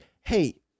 hey